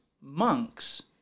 Monk's